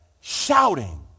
shouting